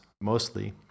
mostly